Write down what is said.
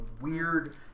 weird